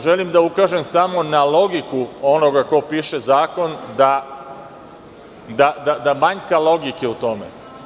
Želim da ukažem samo na logiku onoga ko piše zakon da manjka logike u tome.